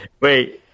Wait